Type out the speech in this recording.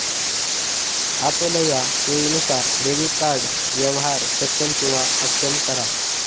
आपलया सोयीनुसार debit card व्यवहार सक्षम किंवा अक्षम करा